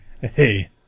Hey